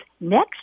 next